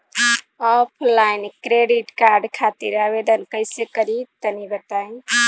Offline credit card खातिर आवेदन कइसे करि तनि बताई?